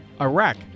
Iraq